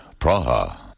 Praha